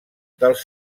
dels